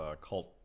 cult